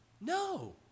No